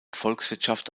volkswirtschaft